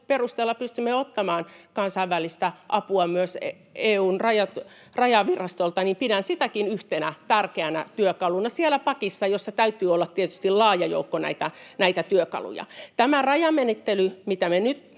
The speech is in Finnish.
lain perusteella pystymme ottamaan kansainvälistä apua myös EU:n rajavirastolta, mutta pidän sitäkin yhtenä tärkeänä työkaluna siellä pakissa, jossa täytyy olla tietysti laaja joukko näitä työkaluja. Tämä rajamenettely, mistä me nyt